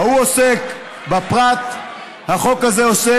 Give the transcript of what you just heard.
ההוא עוסק בפרט והחוק הזה עוסק